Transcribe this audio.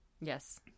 Yes